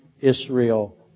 Israel